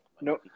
No